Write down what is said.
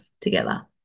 together